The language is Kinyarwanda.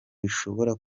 bishobora